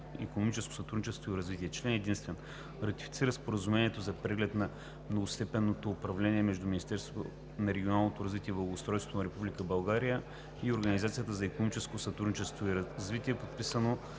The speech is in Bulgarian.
икономическо сътрудничество и развитие Член единствен. Ратифицира Споразумението за преглед на многостепенното управление между Министерството на регионалното развитие и благоустройството на Република България и Организацията за икономическо сътрудничество и развитие,